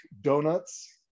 donuts